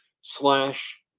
slash